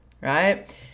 Right